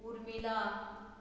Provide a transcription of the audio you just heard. Urmila